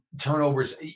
Turnovers